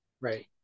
Right